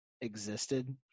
existed